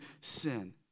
sin